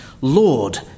Lord